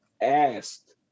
asked